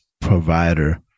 provider